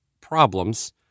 problems